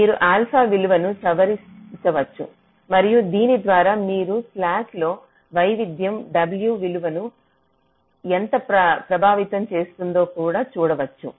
మీరు ఆల్ఫా విలువను సవరించవచ్చు మరియు దీని ద్వారా మీరు స్లాక్ లో వైవిధ్యం w విలువను ఎంత ప్రభావితం చేస్తుందో కూడా చూడవచ్చు